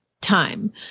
time